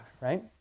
right